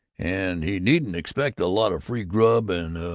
and he needn't expect a lot of free grub and, ah,